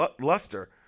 luster